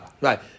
Right